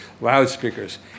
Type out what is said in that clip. loudspeakers